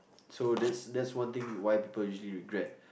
so that's that's one thing why people usually regret